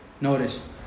Notice